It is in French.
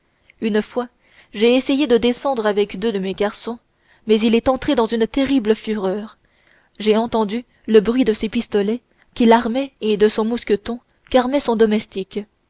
une fois j'ai essayé de descendre avec deux de mes garçons mais il est entré dans une terrible fureur j'ai entendu le bruit de ses pistolets qu'il armait et de son mousqueton qu'armait son domestique